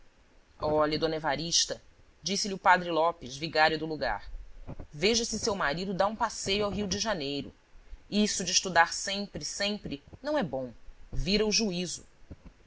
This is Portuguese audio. olhe d evarista disse-lhe o padre lopes vigário do lugar veja se seu marido dá um passeio ao rio de janeiro isso de estudar sempre sempre não é bom vira o juízo